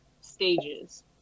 stages